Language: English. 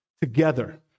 together